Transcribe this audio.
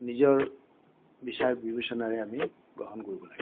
নিজৰ বিচাৰ বিবেচনাৰে আমি গ্ৰহণ কৰিব লাগে